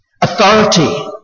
authority